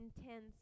intense